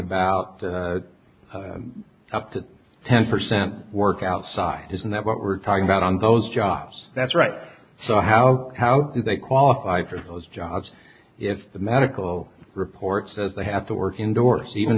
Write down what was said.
about the up to ten percent work outside isn't that what we're talking about on those jobs that's right so how how do they qualify for those jobs if the medical report says they have to work indoors even